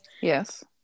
Yes